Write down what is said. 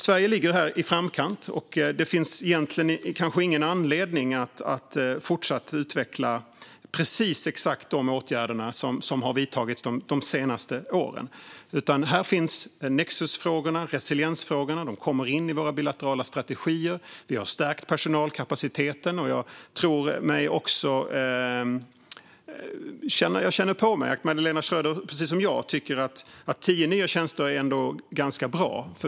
Sverige ligger här i framkant, och det finns kanske egentligen ingen anledning att fortsatt utveckla exakt de åtgärder som har vidtagits de senaste åren. Här finns nexusfrågorna och resiliensfrågorna. De kommer in i våra bilaterala strategier. Vi har stärkt personalkapaciteten, och jag känner på mig att Magdalena Schröder precis som jag tycker att tio nya tjänster ändå är ganska bra.